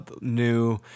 new